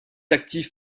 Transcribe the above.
actif